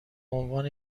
عنوان